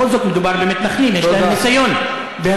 בכל זאת, מדובר במתנחלים, יש להם ניסיון בהריסות.